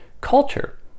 culture